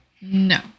No